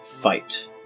fight